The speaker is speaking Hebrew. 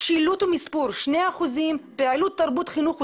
שילוט ומספור 2%; פעילות חינוך,